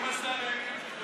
אם השר יגיד,